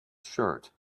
shirt